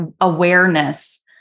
awareness